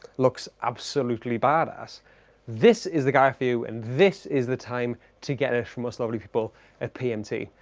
looks absolutely badass this is the guy for you and this is the time to get it from us lovely people at pmt.